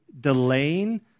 delaying